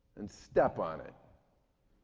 and step on it.